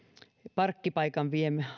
parkkipaikan